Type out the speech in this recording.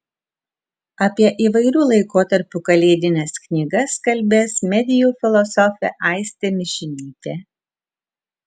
apie įvairių laikotarpių kalėdines knygas kalbės medijų filosofė aistė mišinytė